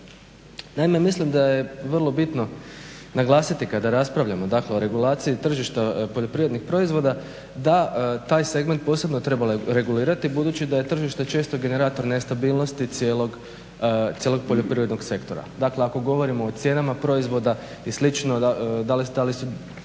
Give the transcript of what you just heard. Naime, mislim da je vrlo bitno naglasiti kada raspravljamo, dakle o regulaciji tržišta poljoprivrednih proizvoda, da taj segment posebno treba regulirati budući da je tržište često generator nestabilnosti cijelog poljoprivrednog sektora. Dakle, ako govorimo o cijenama proizvoda i slično, da li proizvođači